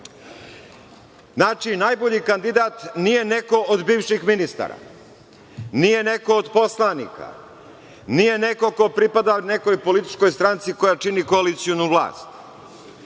najbolji kandidat nije neko od bivši ministara, nije neko od poslanika, nije neko ko pripada nekoj političkoj stranci koja čini koalicionu vlast.